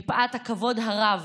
מפאת הכבוד הרב